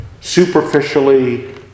superficially